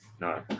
No